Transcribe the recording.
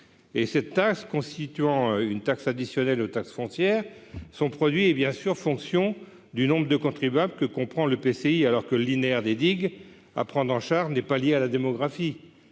Ce prélèvement constituant une taxe additionnelle aux taxes foncières, son produit est fonction du nombre de contribuables que comprend l'EPCI, alors que le linéaire de digues à prendre en charge n'est pas lié à la démographie.